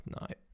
night